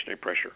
pressure